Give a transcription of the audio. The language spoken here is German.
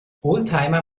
oldtimer